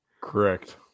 Correct